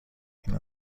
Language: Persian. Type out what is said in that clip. این